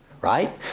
Right